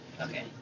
Okay